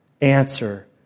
answer